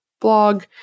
blog